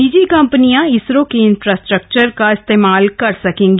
निजी कंपनियां इसरो के इंफ्रास्ट्रक्चर का इस्तेमाल कर सकेंगी